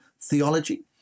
theology